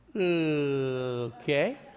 okay